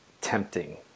tempting